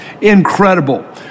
incredible